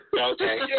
Okay